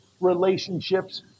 relationships